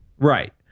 Right